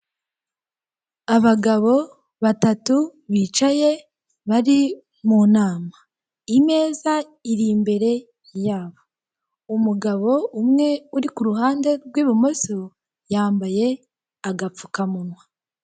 Abagabo batatu bicaye bari mu nama Imeza iri imbere yabo, umugabo umwe uri kuhande rw'ibumoso yambaye agapfukamunwa.